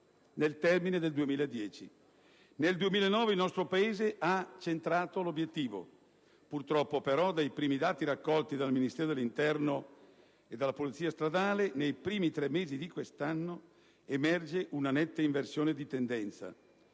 nel termine del 2010. Nel 2009 il nostro Paese ha centrato tale obiettivo. Purtroppo, però, dai primi dati raccolti dal Ministero dell'interno e dalla polizia stradale, nei primi tre mesi di quest'anno emerge una netta inversione di tendenza: